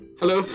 Hello